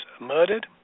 murdered